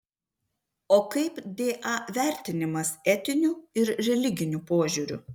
o kaip da vertinimas etiniu ir religiniu požiūriu